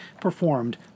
performed